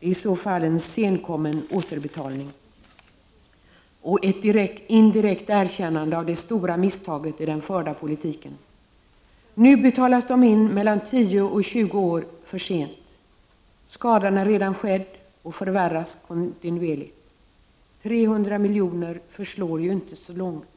Det är i så fall en senkommen återbetalning och ett indirekt erkännande av det stora misstaget i den förda politiken. Nu betalas pengarna åter, mellan 10 och 20 år för sent. Skadan är redan skedd och förvärras kontinuerligt. 300 miljoner förslår ju inte så långt.